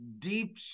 deep